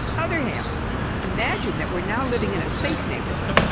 other hand imagine that we're now living in a safe neighbourhood.